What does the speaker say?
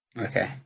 Okay